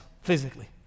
physically